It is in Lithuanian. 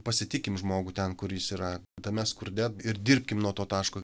pasitikim žmogų ten kur jis yra tame skurde ir dirbkim nuo to taško